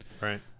Right